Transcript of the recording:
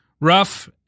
Rough